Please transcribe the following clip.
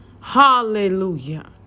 Hallelujah